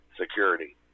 security